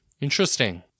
Interesting